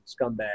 scumbag